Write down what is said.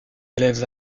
élèves